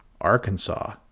Arkansas